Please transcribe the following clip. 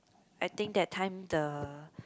I think that time the